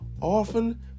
often